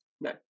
no